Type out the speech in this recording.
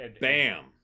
Bam